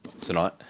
tonight